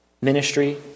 ministry